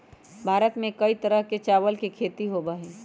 भारत में कई तरह के चावल के खेती होबा हई